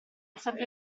sempre